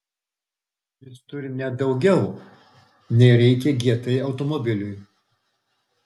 jis turi net daugiau nei reikia gt automobiliui